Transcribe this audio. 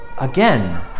again